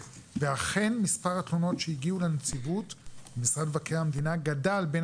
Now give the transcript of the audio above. ואכן מספר התלונות שהגיעו לנציבות ומשרד מבקר המדינה גדל בין